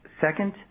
Second